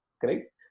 correct